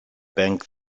bank